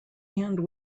and